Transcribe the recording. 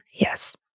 Yes